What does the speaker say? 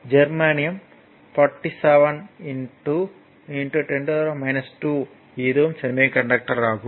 ஜெர்மானியம் 47 10 2 இதுவும் சேமிகண்டக்டர் ஆகும்